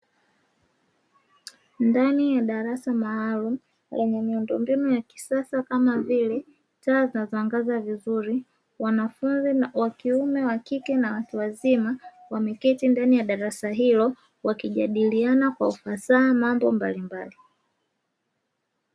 Ndani ya darasa maalum lenye miundombinu ya kisasa kama vile taa zinazoangaza vizuri wanafunzi na wa kiume wa kike na watu wazima wameketi ndani ya darasa hilo wakijadiliana kwa ufasaha mambo mbalimbali.